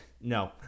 No